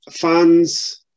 fans